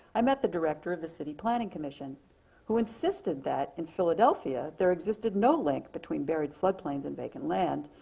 i met the director of the city planning commission who insisted that, in philadelphia, there existed no link between buried flood plains and vacant land.